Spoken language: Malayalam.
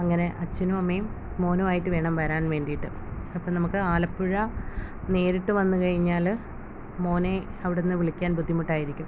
അങ്ങനെ അച്ഛനും അമ്മയും മോനും ആയിട്ടു വേണം വരാൻ വേണ്ടിയിട്ട് അപ്പം നമുക്ക് ആലപ്പുഴ നേരിട്ട് വന്ന് കഴിഞ്ഞാൽ മോനെ അവിടുന്ന് വിളിക്കാൻ ബുദ്ധിമുട്ടായിരിക്കും